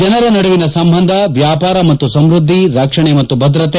ಜನರ ನಡುವಿನ ಸಂಬಂಧ ವ್ಯಾಪಾರ ಮತ್ತು ಸಮ್ಬದ್ಲಿ ರಕ್ಷಣೆ ಮತ್ತು ಭದ್ರತೆ